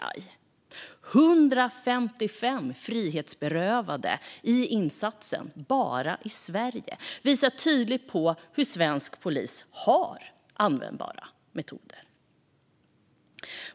155 frihetsberövade i insatsen bara i Sverige visar tydligt på att svensk polis har användbara metoder.